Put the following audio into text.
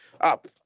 up